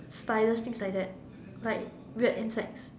spiders things like that like weird insects